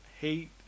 hate